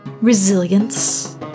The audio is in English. resilience